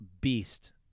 beast